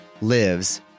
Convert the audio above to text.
lives